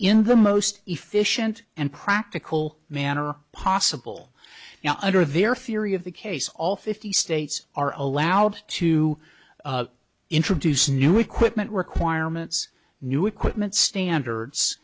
in the most efficient and practical manner possible now under a very firy of the case all fifty states are allowed to introduce new equipment requirements new equipment standards